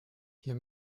hier